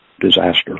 disaster